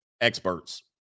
experts